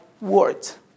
words